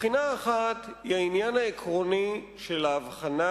הבחינה האחת היא העניין העקרוני של ההבחנה